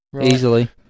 easily